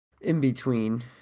in-between